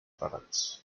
products